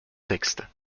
texte